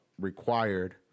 required